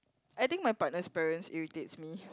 I think my partner parents irritates me